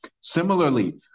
Similarly